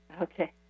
Okay